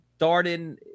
Darden